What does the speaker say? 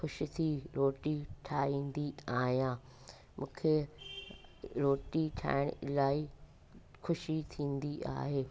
ख़ुशि थी रोटी ठाहींदी आहियां मूंखे रोटी ठाहिणु इलाही ख़ुशी थींदी आहे